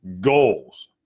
goals